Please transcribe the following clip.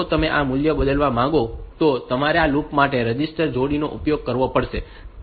જો તમે આ મૂલ્ય બદલવા માંગો તો તમારે આ લૂપ માટે રજિસ્ટર જોડીનો ઉપયોગ કરવો પડશે